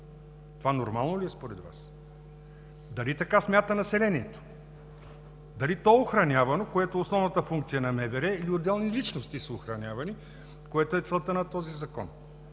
Това нормално ли е според Вас? Дали така смята населението? Дали то е охранявано, което е основната функция на МВР, или отделни личности са охранявани, което е целта на този закон?